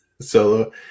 solo